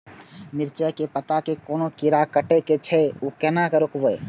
मिरचाय के पत्ता के कोन कीरा कटे छे ऊ केना रुकते?